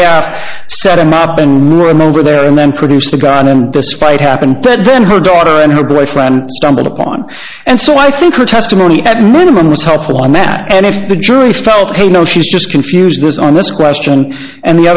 gaff set him up in rural member there and then produced a gun and despite happened that then her daughter and her boyfriend stumbled upon and so i think her testimony at minimum was helpful i'm mad and if the jury felt hell no she's just confused this on this question and the